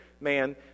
man